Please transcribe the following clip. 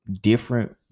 different